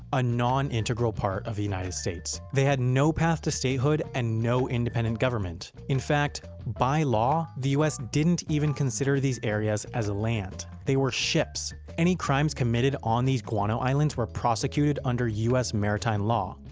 a non-integral part of the united states. they had no path to statehood and no independent government. in fact, by law, the us didn't even consider these areas as land, they were ships. any crimes committed on these guano islands were prosecuted under us maritime law.